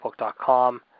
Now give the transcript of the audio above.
Facebook.com